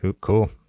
Cool